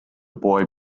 boy